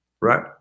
right